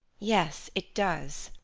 yes, it does.